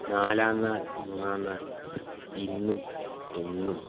നാലാം നാൾ മൂന്നാം നാൾ ഇന്നും എന്നും